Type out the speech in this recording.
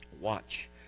watch